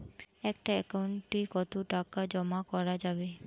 একটা একাউন্ট এ কতো টাকা জমা করা যাবে?